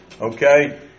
okay